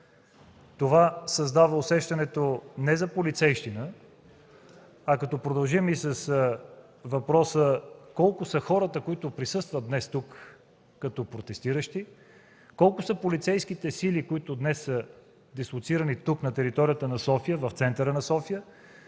Това създава усещането не за полицейщина, а като продължим и с въпроса колко са хората, които присъстват днес тук като протестиращи, колко са полицейските сили, дислоцирани тук, на територията на София, в центъра на София,